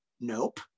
Nope